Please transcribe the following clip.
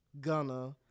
Gunner